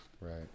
right